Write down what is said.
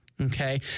okay